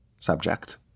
subject